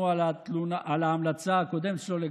כן,